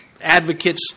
advocates